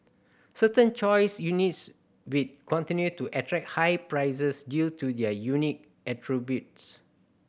certain choice units will continue to attract high prices due to their unique attributes